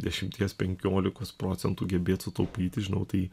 dešimties penkiolikos procentų gebėt sutaupyti žinau tai